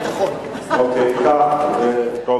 43, נגד, 3. אם כך, אני קובע